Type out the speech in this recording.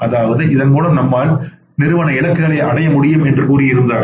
அதாவது இதன் மூலம் நம்மால் நிறுவன இலக்குகளை அடைய முடியும் என்று கூறியிருந்தார்